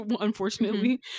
Unfortunately